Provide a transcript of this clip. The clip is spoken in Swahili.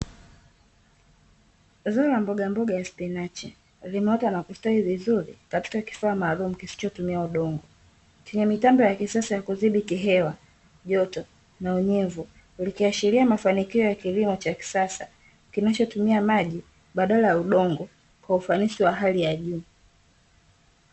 Zao la mbogamboga ya spinachi limeota na kustawi vizuri katika kifaa maalumu kisichotumia udongo ,chenye mitambo ya kisasa ya kudhibiti hewa, joto na unyevu, likiashiria mafanikio ya kilimo cha kisasa kinachotumia maji badala ya udongo kwa ufanisi wa hali ya juu.